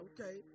Okay